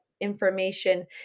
information